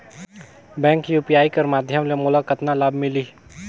Bank UPI कर माध्यम ले मोला कतना लाभ मिली?